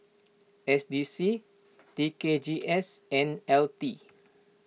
S D C T K G S and L T